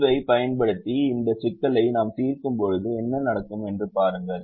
தீர்வைப் பயன்படுத்தி இந்த சிக்கலை நாம் தீர்க்கும்போது என்ன நடக்கும் என்று பாருங்கள்